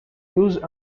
use